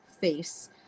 face